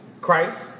Christ